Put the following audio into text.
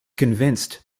convinced